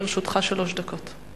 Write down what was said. לרשותך שלוש דקות.